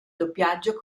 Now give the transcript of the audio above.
doppiaggio